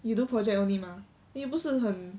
you do project only mah 你不是很